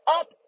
up